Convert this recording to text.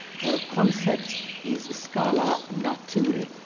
her concept is scala naturae.